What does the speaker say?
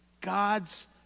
God's